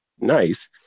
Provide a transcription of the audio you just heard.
nice